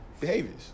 behaviors